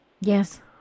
Yes